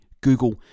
Google